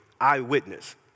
eyewitness